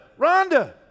Rhonda